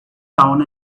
down